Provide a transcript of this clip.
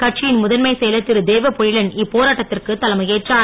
கட்சியின் முதன்மைச் செயலர் திரு தேவபொழிலன் இப்போராட்டத்திற்கு தலைமைற்றார்